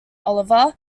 oliver